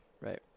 Right